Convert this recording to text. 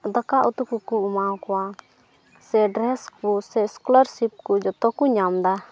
ᱫᱟᱠᱟ ᱩᱛᱩ ᱠᱚᱠᱚ ᱮᱢᱟᱣᱟᱠᱚᱣᱟ ᱥᱮ ᱰᱨᱮᱥ ᱠᱚ ᱥᱮ ᱥᱠᱚᱞᱟᱨᱥᱤᱯ ᱠᱚ ᱡᱚᱛᱚ ᱠᱚ ᱧᱟᱢ ᱮᱫᱟ